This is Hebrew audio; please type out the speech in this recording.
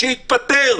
שיתפטר.